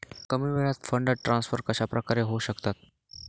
कमी वेळात fund transfer कशाप्रकारे होऊ शकतात?